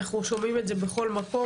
אנחנו שומעים את זה בכל מקום,